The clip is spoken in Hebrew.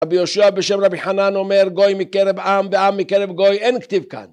רבי יהושע בשם רבי חנן אומר: "גוי מקרב עם ועם מקרב גוי" אין כתיב כאן